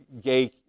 gay